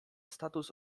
status